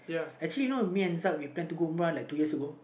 actually know me and we plan to go like two years ago